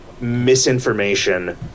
misinformation